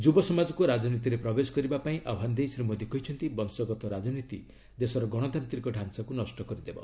ଯୁବ ସମାଜକୁ ରାଜନୀତିରେ ପ୍ରବେଶ କରିବା ପାଇଁ ଆହ୍ବାନ ଦେଇ ଶ୍ରୀ ମୋଦୀ କହିଚ୍ଚନ୍ତି ବଂଶଗତ ରାଜନୀତି ଦେଶର ଗଣତାନ୍ତ୍ରିକ ଢାଞ୍ଚାକୁ ନଷ୍ଟ କରିଦେବ